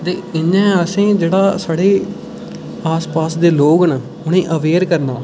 ते इ'यां गै साढ़े आसे पासे जेह्डे लोक न उ'नें गी अवेयर करना चाहिदा